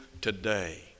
today